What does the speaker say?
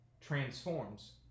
transforms